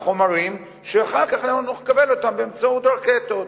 חומרים שאחר כך אנחנו נקבל אותם באמצעות רקטות.